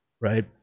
right